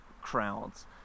crowds